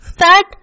fat